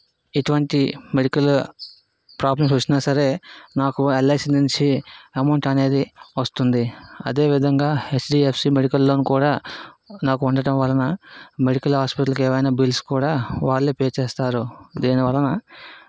ఎటువంటి medical problems వచ్చినా సరే నాకు ఎల్ఐసీ నుంచి అమౌంట్ అనేది వస్తుంది అదే విధంగా హెచ్డీఎఫ్సీ మెడికల్ లోన్ కూడా నాకు ఉండటం వలన మెడికల్ హాస్పటల్కి ఏమైన్నా బిల్స్ కూడా వాళ్ళు పే చేస్తారు దీనివలన